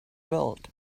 world